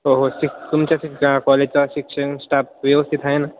हो हो शिक तुमच्या शिक् कॉलेजचा शिक्षण स्टाफ व्यवस्थित आहे ना